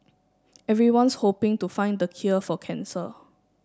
everyone's hoping to find the cure for cancer